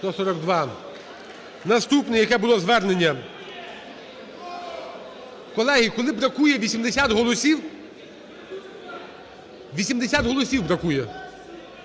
Наступне, яке було звернення. Колеги, коли бракує 80 голосів… 80 голосів бракує.